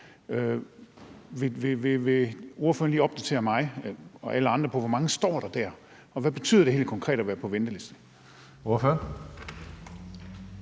vil ordføreren lige opdatere mig og alle andre på, hvor mange der står der, og hvad det helt konkret betyder at være på ventelisten?